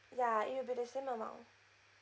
ya it will be the same amount